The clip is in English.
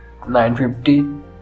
950